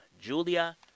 Julia